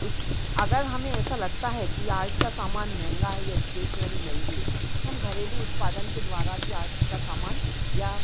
इस अगर हमें ऐसा लगता है कि आर्ट का सामान महंगा है या इस्टेसनरी महंगी है तो हम घरेलू उत्पादन के द्वारा भी आर्ट्स का सामान या